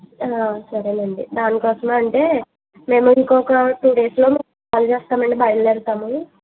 సరేనండి దానికోసమే అంటే మేము ఇంకొక టూ డేస్లో మీకు కాల్ చేస్తామండి బయల్దేరతాము